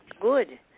good